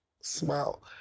smile